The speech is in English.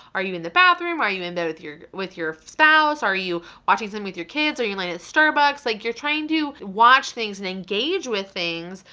are you in the bathroom? are you in there with your with your spouse? are you watching so something with your kids? are you in line at starbucks? like, you're trying to watch things and engage with things,